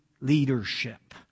leadership